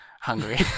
Hungry